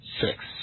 six